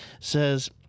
says